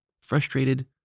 frustrated